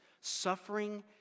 suffering